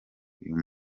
uyu